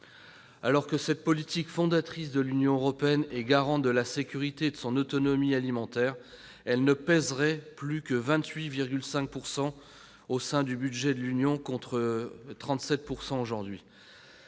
Alors que cette politique fondatrice de l'Union européenne est garante de la sécurité et de l'autonomie alimentaires de celle-ci, elle ne pèserait plus que 28,5 % au sein du budget de l'Union européenne, contre 37 % aujourd'hui.